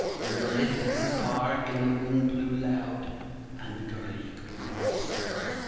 when the lift grew dark, and the wind blew loud and gurly grew the sea.